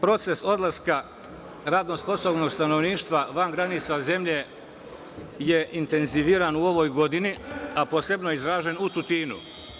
Proces odlaska radno sposobnog stanovništva van granica zemlje je intenziviran u ovoj godini, a posebno je izražen u Tutinu.